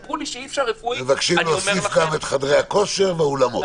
מבקשים להוסיף גם את חדרי הכושר והאולמות.